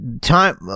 time